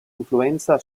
influenza